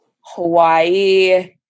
Hawaii